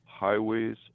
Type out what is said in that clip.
Highways